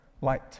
light